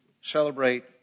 celebrate